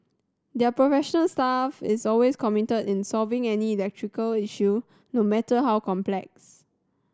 their professional staff is always committed in solving any electrical issue no matter how complex